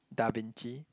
Da-Vinci